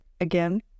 again